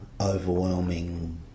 overwhelming